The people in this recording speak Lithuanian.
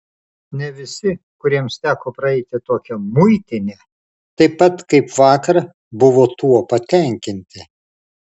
ne visi kuriems teko praeiti tokią muitinę taip pat kaip vakar buvo tuo patenkinti